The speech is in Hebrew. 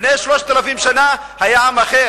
לפני 3,000 שנה היה עם אחר.